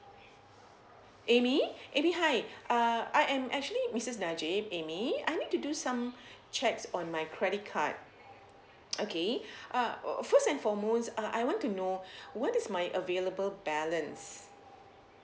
amy amy hi uh I am actually missus najib amy I need to do some checks on my credit card okay uh uh first and foremost uh I want to know what is my available balance